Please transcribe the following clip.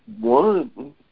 one